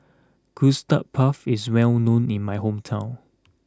Custard Puff is well known in my hometown